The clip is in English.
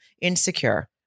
insecure